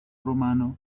romano